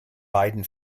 beiden